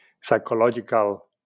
psychological